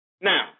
Now